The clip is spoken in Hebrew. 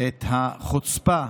את החוצפה